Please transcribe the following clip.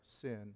sin